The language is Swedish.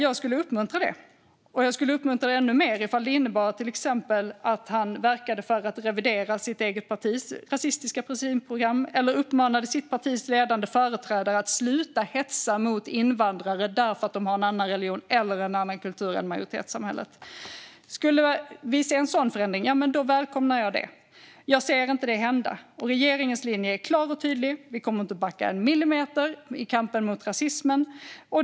Jag skulle uppmuntra det, och jag skulle uppmuntra det ännu mer om det innebar att han till exempel verkade för att revidera sitt eget partis rasistiska program eller uppmanade sitt partis ledande företrädare att sluta hetsa mot invandrare för att de har en annan religion eller en annan kultur än majoritetssamhället. Om vi skulle se en sådan förändring välkomnar jag det. Jag ser inte det hända. Och regeringens linje är klar och tydlig: Vi kommer inte att backa en millimeter i kampen mot rasismen.